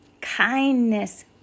kindness